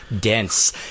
dense